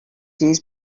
used